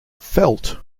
felt